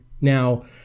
Now